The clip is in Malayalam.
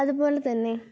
അതുപോലെതന്നെ